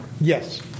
Yes